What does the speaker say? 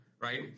right